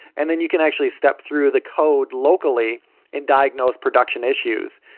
and then you can actually step through the code locally and diagnose production issues.